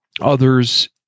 others